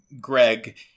Greg